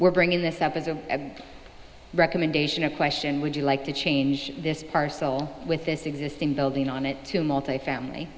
we're bringing this up as a recommendation a question would you like to change this parcel with this existing building on it to multifamily